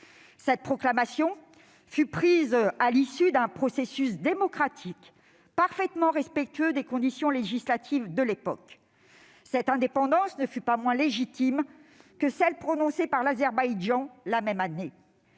Cette proclamation fut prise à l'issue d'un processus démocratique parfaitement respectueux des conditions législatives de l'époque. Cette indépendance ne fut pas moins légitime que celle prononcée par l'Azerbaïdjan, la même année.